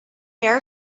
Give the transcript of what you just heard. fair